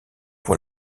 pour